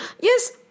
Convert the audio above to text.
Yes